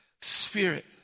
Spirit